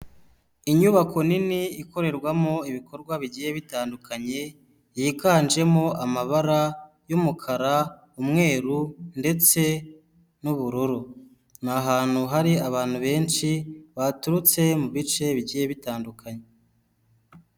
Inyubako nini ikorerwamo ibikorwa bigiye bitandukanye, yiganjemo amabara y'umukara umweru ndetse n'ubururu. Ni ahantu hari abantu benshi baturutse mu bice bigiye bitandukanye.